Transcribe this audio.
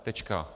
Tečka.